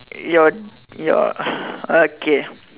your your okay